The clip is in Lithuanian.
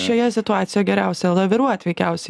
šioje situacijoje geriausia laviruot veikiausiai